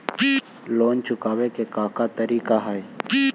Loan चुकावे के का का तरीका हई?